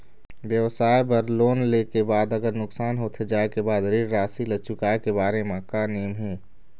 व्यवसाय बर लोन ले के बाद अगर नुकसान होथे जाय के बाद ऋण राशि ला चुकाए के बारे म का नेम हे?